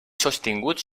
sostingut